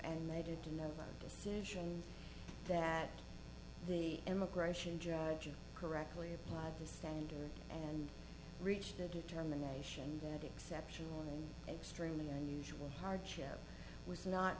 and they didn't know that decision that the immigration judge correctly applied the standard and reached a determination that exceptional extremely unusual hardship was not